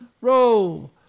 Row